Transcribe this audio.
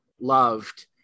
loved